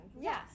Yes